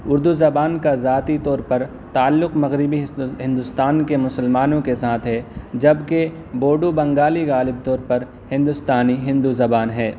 اردو زبان کا ذاتی طور پر تعلق مغربی ہندوستان کے مسلمانوں کے ساتھ ہے جبکہ بوڈو بنگالی غالب طور پر ہندوستانی ہندو زبان ہے